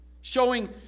Showing